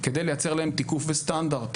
כדי לייצר להן תיקוף וסטנדרט,